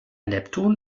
neptun